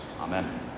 Amen